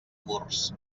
curs